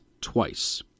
twice